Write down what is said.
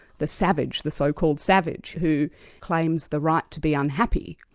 the savage, the so-called savage, who claims the right to be unhappy.